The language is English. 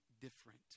different